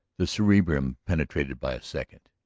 the cerebrum penetrated by a second.